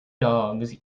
dogs